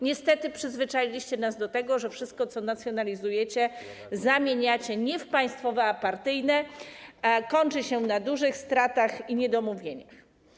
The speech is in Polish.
Niestety przyzwyczailiście nas do tego, że wszystko, co nacjonalizujecie, zamieniacie nie w państwowe, a partyjne, a kończy się to na dużych stratach i niedomówieniach.